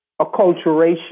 acculturation